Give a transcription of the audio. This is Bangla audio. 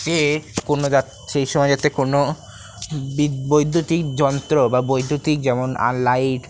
যে কোনো সে সময় যাতে কোনো বৈদ্যুতিক যন্ত্র বা বৈদ্যুতিক যেমন লাইট